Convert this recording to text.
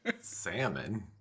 salmon